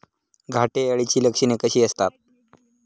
घाटे अळीची लक्षणे कशी असतात?